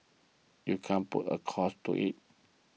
you can't put a cost to it